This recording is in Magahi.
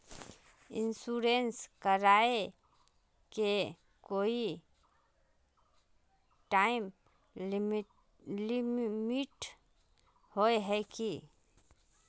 इंश्योरेंस कराए के कोई टाइम लिमिट होय है की?